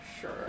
sure